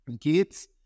kids